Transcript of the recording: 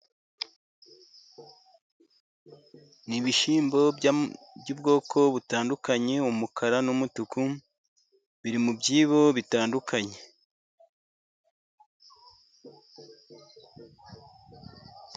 Ni ibishyimbo by'ubwoko butandukanye umukara n'umutuku, biri mu byibo bitandukanye.